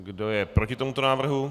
Kdo je proti tomuto návrhu?